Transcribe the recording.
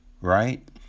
right